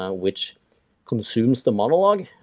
ah which consumes the monologue,